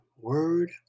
word